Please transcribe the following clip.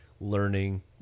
learning